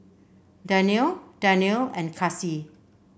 Daniel Daniel and Kasih